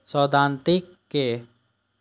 सैद्धांतिक रूप सं त्वरित मंजूरी भेट जायत